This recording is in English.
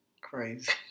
Crazy